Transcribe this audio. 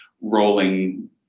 rolling